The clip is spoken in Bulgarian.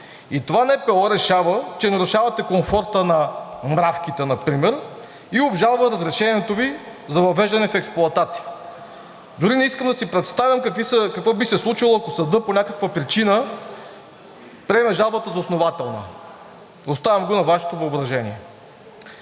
И това НПО решава, че нарушавате комфорта на мравките например и обжалва разрешението Ви за въвеждане в експлоатация. Дори не искам да си представям какво би се случило, ако съдът по някаква причина приеме жалбата за основателна. Оставям го на Вашето въображение.